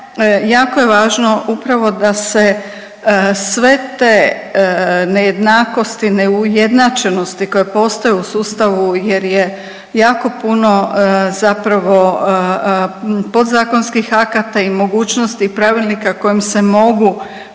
jako je važno upravo da se sve te nejednakosti, neujednačenosti koje postoje u sustavu jer je jako puno zapravo podzakonskih akata i mogućnosti pravilnika kojim se mogu